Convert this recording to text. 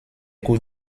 cours